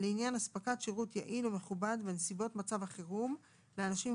לעניין אספקת שירות יעיל ומכובד בנסיבות מצב החירום לאנשים עם